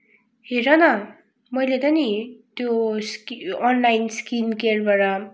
हेर न मैले त नि त्यो अनलाइन स्किन केयरबाट